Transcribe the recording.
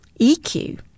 EQ